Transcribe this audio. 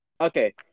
Okay